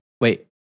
wait